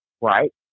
right